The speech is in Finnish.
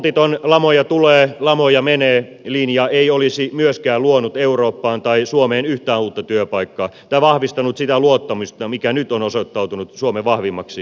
holtiton lamoja tulee lamoja menee linja ei olisi myöskään luonut eurooppaan tai suomeen yhtään uutta työpaikkaa tai vahvistanut sitä luottamusta mikä on nyt osoittautunut suomen vahvimmaksi valttikortiksi